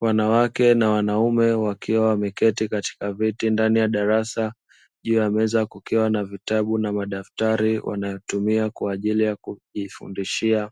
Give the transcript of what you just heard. Wanawake na wanaume wakiwa wameketi katika viti ndani ya darasa. Juu ya meza kukiwa na vitabu na madaftari wanayotumia kwa ajili ya kujifundishia.